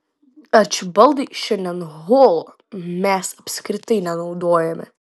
arčibaldai šiandien holo mes apskritai nenaudojame